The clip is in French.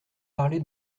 parlé